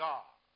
God